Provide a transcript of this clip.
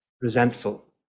resentful